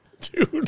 Dude